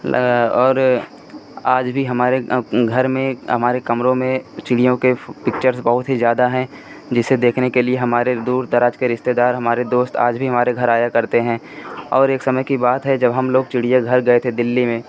लगा और आज भी हमारे घर में हमारे कमरों में चिड़ियों के पिक्चर्स बहुत ही ज़्यादा हैं जिसे देखने के लिए हमारे दूर दराज़ के रिश्तेदार हमारे दोस्त आज भी हमारे घर आया करते हैं और एक समय की बात है जब हम लोग चिड़ियाघर गए थे दिल्ली में